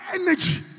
energy